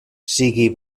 sigui